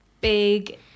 big